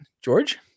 George